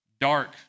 dark